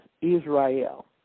Israel